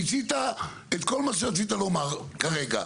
מיצית את כל מה שרצית לומר כרגע.